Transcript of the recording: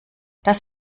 das